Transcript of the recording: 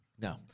No